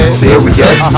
serious